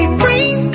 bring